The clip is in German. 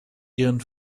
ihren